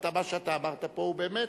מה שאתה אמרת פה הוא באמת,